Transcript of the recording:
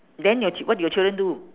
then your ch~ what did your children do